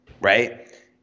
right